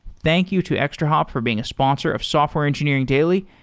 thank you to extrahop for being a sponsor of software engineering daily,